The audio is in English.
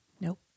Nope